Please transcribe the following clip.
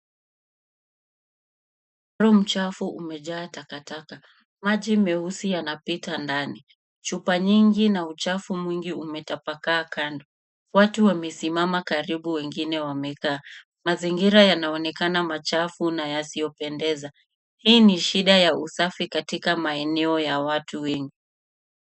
Mtaro mchafu umejaa takataka. Maji meusi yanapita ndani. Chupa nyingi na uchafu mwingi umetapakaa kando. Watu wamesimama karibu, wengine wamekaa. Mazingira yanaonekana machafu na yasiyo pendeza. Hii ni shida ya usafi katika maeneo ya watu wengi.